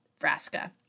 Vraska